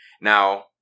Now